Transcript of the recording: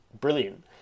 brilliant